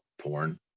porn